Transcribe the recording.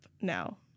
now